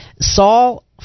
Saul